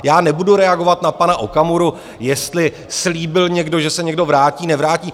Já nebudu reagovat na pana Okamuru, jestli slíbil někdo, že se někdo vrátí, nevrátí.